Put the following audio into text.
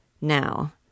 Now